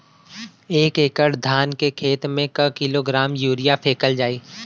एक एकड़ धान के खेत में क किलोग्राम यूरिया फैकल जाई?